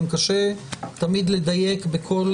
גם קשה תמיד לדייק בכל